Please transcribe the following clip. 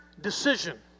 decision